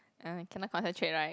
uh cannot concentrate right